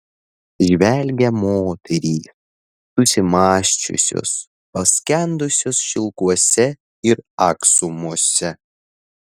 žvelgia moterys susimąsčiusios paskendusios šilkuose ir aksomuose